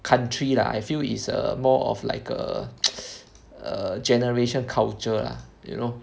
country lah I feel is err more of like a a generation culture lah you know